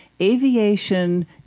aviation